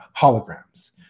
holograms